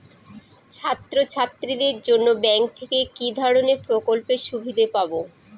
ছাত্রছাত্রীদের জন্য ব্যাঙ্ক থেকে কি ধরণের প্রকল্পের সুবিধে পাবো?